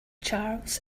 charles